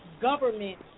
government